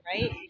Right